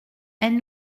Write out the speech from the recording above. elle